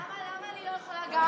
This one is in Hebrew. למה אני לא יכולה גם?